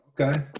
okay